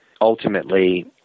ultimately